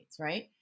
right